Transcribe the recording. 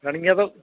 ਰਣੀਆਂ ਤੋਂ